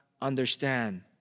understand